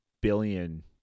billion